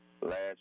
last